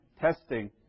testing